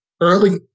early